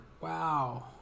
wow